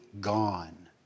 gone